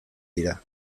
dira